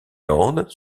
landes